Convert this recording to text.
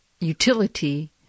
utility